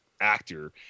actor